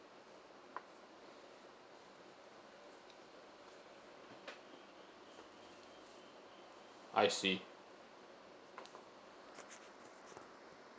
I see